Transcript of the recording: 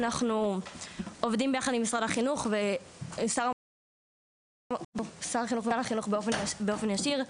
אנחנו עובדים ביחד עם משרד החינוך ושר החינוך ומנכ"ל החינוך באופן ישיר,